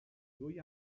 ddwy